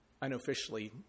unofficially